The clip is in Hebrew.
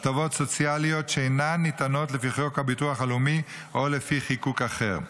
הטבות סוציאליות שאינן ניתנות לפי חוק הביטוח הלאומי או לפי חיקוק אחר.